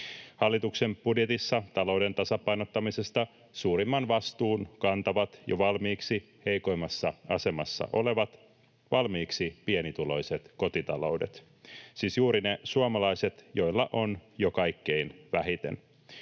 Hallituksen budjetissa talouden tasapainottamisesta suurimman vastuun kantavat jo valmiiksi heikoimmassa asemassa olevat, valmiiksi pienituloiset kotitaloudet, siis juuri ne suomalaiset, joilla on jo kaikkein vähiten.